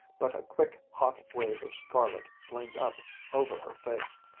but a quick hot wave of scarlet flamed up over her face.